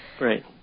Right